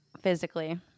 Physically